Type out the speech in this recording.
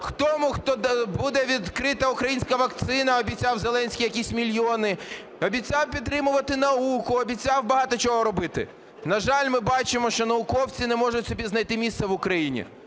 хто… Буде відкрита українська вакцина, обіцяв Зеленський якісь мільйони. Обіцяв підтримувати науку, обіцяв багато чого робити. На жаль, ми бачимо, що науковці не можуть собі знайти місце в Україні.